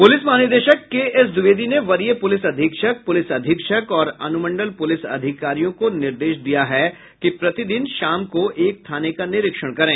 police महानिदेशक K S Dwivedi ने वरीय पुलिस अधीक्षक पुलिस अधीक्षक और अनुमंडल पुलिस अधिकारियों को निर्देश दिया है कि प्रतिदिन शाम को एक थाने का निरीक्षण करें